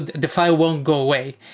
the file won't go away.